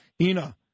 Ina